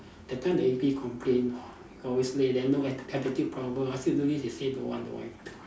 that time the A B complain always late then no atti~ attitude problem I still don't need to say don't want don't want don't want